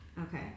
Okay